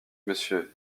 monsieur